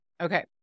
Okay